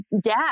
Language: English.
dad